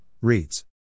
Reads